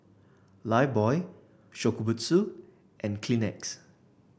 Lifebuoy Shokubutsu and Kleenex